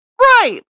Right